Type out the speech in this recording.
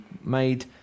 made